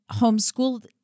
homeschooled